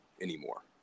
anymore